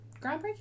groundbreaking